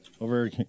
Over